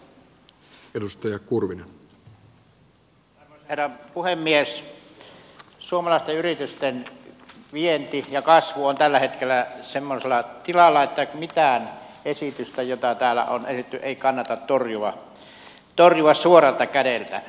suomalaisten yritysten vienti ja kasvu on tällä hetkellä semmoisella tolalla että mitään esitystä niistä joita täällä on esitetty ei kannata torjua suoralta kädeltä